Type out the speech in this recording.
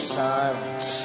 silence